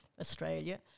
Australia